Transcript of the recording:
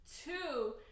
Two